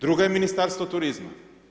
Druga je Ministarstvo turizma.